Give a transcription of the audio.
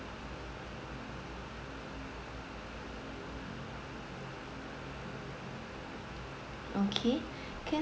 okay can